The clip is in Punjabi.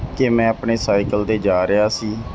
ਕਿ ਮੈਂ ਆਪਣੇ ਸਾਈਕਲ 'ਤੇ ਜਾ ਰਿਹਾ ਸੀ